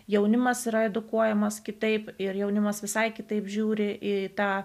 jaunimas yra edukuojamas kitaip ir jaunimas visai kitaip žiūri į tą